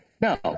no